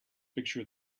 picture